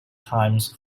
times